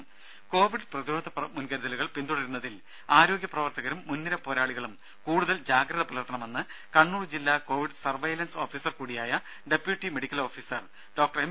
ടെട്ടി Covid പ്രതിരോധ മുൻകരുതലുകൾ പിന്തുടരുന്നതിൽ ആരോഗ്യപ്രവർത്തകരും മുൻനിര പോരാളികളും കൂടുതൽ ജാഗ്രത പുലർത്തണമെന്ന് കണ്ണൂർ ജില്ലാ കൊവിഡ് സർവൈലൻസ് ഓഫീസർകൂടിയായ deputy medical officer doctor M